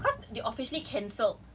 application again cause they said like oh